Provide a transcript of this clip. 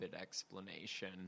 explanation